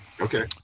Okay